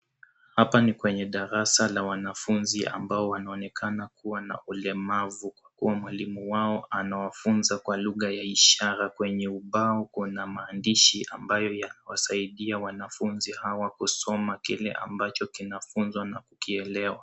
Hapa ni kwenye darasa la wanafunzi ambao wanaonekana kuwa na ulemavu, kuwa mwalimu wao anawafunza kwa lugha ya ishara kwenye ubao, kuna maandishi ya kuwasaidia wanafunzi hawa kusoma na kile ambacho kinafunzwa na kukielewa.